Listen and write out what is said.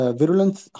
virulence